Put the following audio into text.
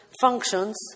functions